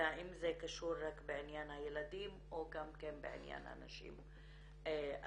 והאם זה קשור רק בעניין הילדים או גם כן בעניין הנשים עצמן.